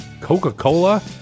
coca-cola